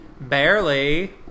Barely